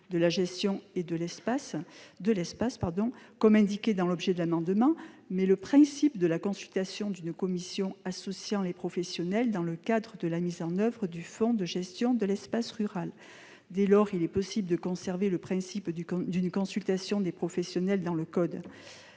de la gestion de l'espace, comme indiqué dans l'objet de l'amendement, mais le principe de la consultation d'une commission associant les professionnels dans le cadre de la mise en oeuvre du fonds de gestion de l'espace rural. Or on peut vouloir conserver dans le code ce principe d'une consultation des professionnels.